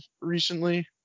recently